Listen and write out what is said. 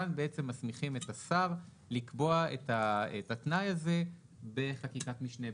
כאן מסמיכים את השר לקבוע את התנאי הזה בחקיקת משנה,